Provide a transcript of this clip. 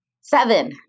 Seven